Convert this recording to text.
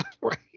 Right